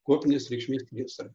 kuopinės reikšmės priesagą